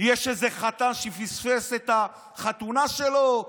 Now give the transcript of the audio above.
יש איזה חתן שפספס את החתונה שלו,